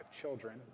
children